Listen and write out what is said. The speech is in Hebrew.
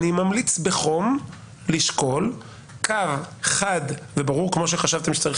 אני ממליץ בחום לשקול קו חד וברור כמו שחשבתם שצריך